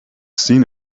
seen